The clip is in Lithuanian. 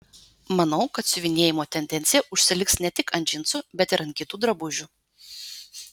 manau kad siuvinėjimo tendencija užsiliks ne tik ant džinsų bet ir ant kitų drabužių